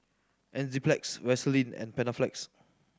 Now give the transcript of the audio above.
Enzyplex Vaselin and Panaflex